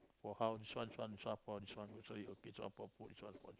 for house this one this one this one for this one for this okay this one for food this one for